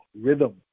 rhythm